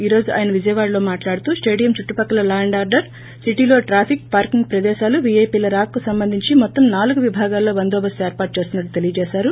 ఈ రోజు ఆయన విజయవాడలో మాట్లాడుతూ స్టేడియం చుట్టుపక్కల లా ఆర్గర్ సిటిలో ట్రాఫిక్ పార్కింగ్ ప్రదేశాలు వీఐపీల రాకకు సంబందించి మొత్తం నాలుగు విభాగాల్లో బందోబస్తు ఏర్పాటు చేస్తున్నట్టు తెలిపారు